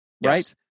right